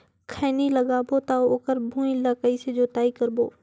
खैनी लगाबो ता ओकर भुईं ला कइसे जोताई करबो?